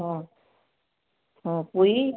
ହଁ ହଁ ପୁଇ